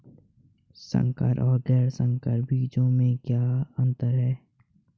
संकर और गैर संकर बीजों में क्या अंतर है?